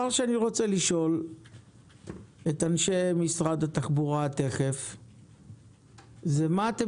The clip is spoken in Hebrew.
אני רוצה לשאול את אנשי משרד התחבורה: מה אתם